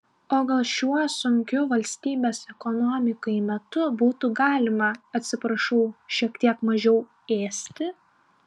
o gal šiuo sunkiu valstybės ekonomikai metu būtų galima atsiprašau šiek tiek mažiau ėsti